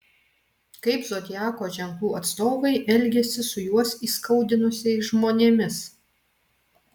kaip zodiako ženklų atstovai elgiasi su juos įskaudinusiais žmonėmis